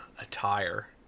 attire